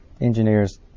engineers